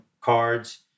cards